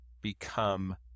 become